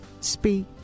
speak